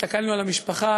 הסתכלנו על המשפחה,